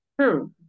True